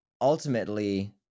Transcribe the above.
ultimately